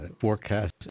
forecast